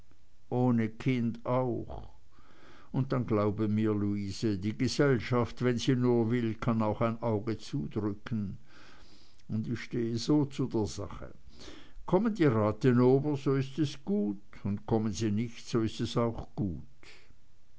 ohne kind auch und dann glaube mir luise die gesellschaft wenn sie nur will kann auch ein auge zudrücken und ich stehe so zu der sache kommen die rathenower so ist es gut und kommen sie nicht so ist es auch gut